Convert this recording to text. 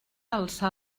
alçar